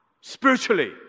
spiritually